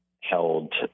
held